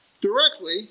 directly